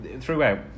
Throughout